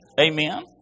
Amen